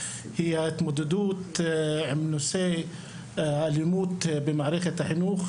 היא ההתמודדות עם נושא האלימות במערכת החינוך,